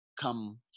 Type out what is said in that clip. come